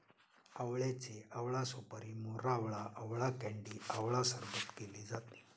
आवळ्याचे आवळा सुपारी, मोरावळा, आवळा कँडी आवळा सरबत केले जाते